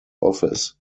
office